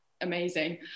amazing